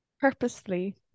purposely